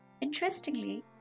Interestingly